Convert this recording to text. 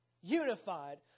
unified